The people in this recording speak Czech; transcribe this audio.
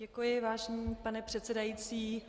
Děkuji, vážený pane předsedající.